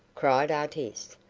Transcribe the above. cried artis.